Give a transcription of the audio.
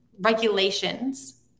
regulations